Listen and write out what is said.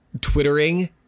twittering